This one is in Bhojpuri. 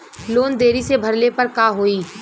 लोन देरी से भरले पर का होई?